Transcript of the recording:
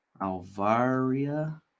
Alvaria